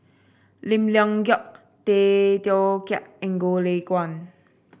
Lim Leong Geok Tay Teow Kiat and Goh Lay Kuan